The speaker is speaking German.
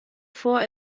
vor